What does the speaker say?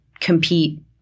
compete